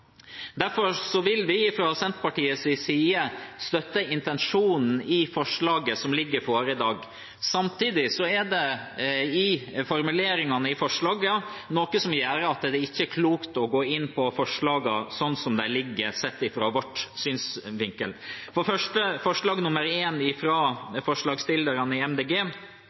Derfor vil vi fra Senterpartiets side støtte intensjonen i forslaget som ligger her i dag. Samtidig er det i formuleringene i forslaget noe som gjør at det ikke er klokt å gå inn på forslagene, sånn som de ligger, sett fra vår synsvinkel. Forslag nr. 1 fra forslagsstillerne i